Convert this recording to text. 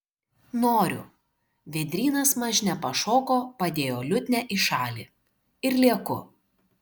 noriu vėdrynas mažne pašoko padėjo liutnią į šalį ir lieku